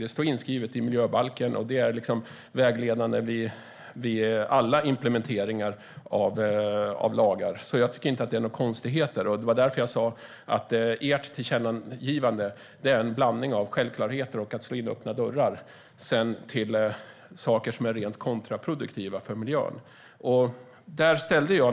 Det står inskrivet i miljöbalken, och det är vägledande vid alla implementeringar av lagar. Jag tycker inte att det är några konstigheter, och det var därför jag sa att ert tillkännagivande är en blandning av självklarheter, att slå in öppna dörrar och sådant som är rent kontraproduktivt för miljön.